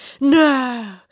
No